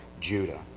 Judah